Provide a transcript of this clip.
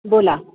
बोला